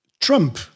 Trump